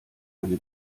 eine